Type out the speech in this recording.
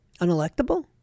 unelectable